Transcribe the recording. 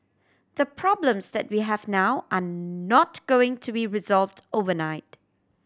the problems that we have now are not going to be resolved overnight